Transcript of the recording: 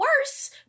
worse